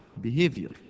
behavior